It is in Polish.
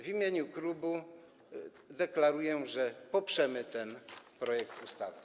W imieniu klubu deklaruję, że poprzemy ten projekt ustawy.